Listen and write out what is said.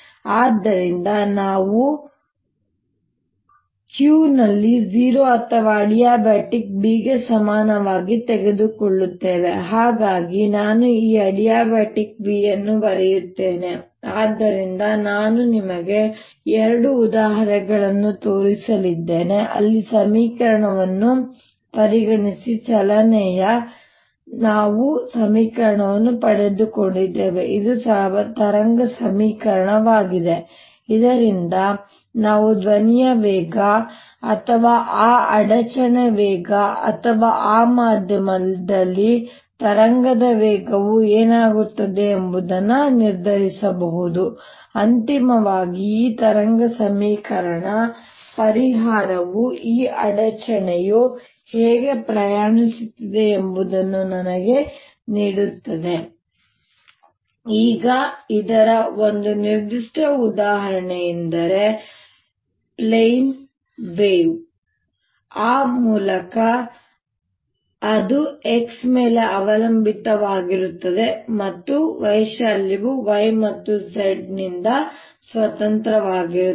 ಆದ್ದರಿಂದ ನಾವು ತರಂಗ ಆ ಮೂಲಕ ಅದು x ಮೇಲೆ ಅವಲಂಬಿತವಾಗಿರುತ್ತದೆ ಮತ್ತು ವೈಶಾಲ್ಯವು y ಮತ್ತು z ನಿಂದ ಸ್ವತಂತ್ರವಾಗಿರುತ್ತದೆ